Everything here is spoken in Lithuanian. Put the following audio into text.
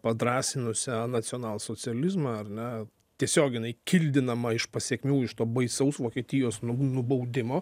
padrąsinusią nacionalsocializmą ar ne tiesioginai kildinamą iš pasekmių iš to baisaus vokietijos nubaudimo